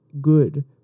good